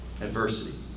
Adversity